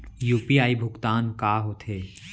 UPI भुगतान का होथे?